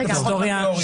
פעם ב-, לפחות בתיאוריה?